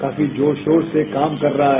काफी जोर शोर से काम कर रहा है